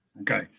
Okay